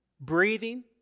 Breathing